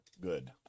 good